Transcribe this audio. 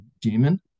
demon